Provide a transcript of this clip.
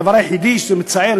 הדבר היחידי שמצער,